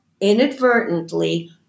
inadvertently